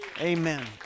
Amen